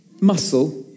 muscle